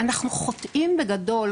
אז אנחנו חוטאים בגדול,